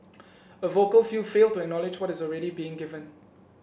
a vocal few fail to acknowledge what is already being given